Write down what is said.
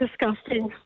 disgusting